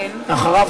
ואחריו,